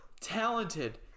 talented